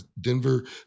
Denver